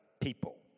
people